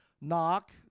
Knock